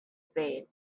spade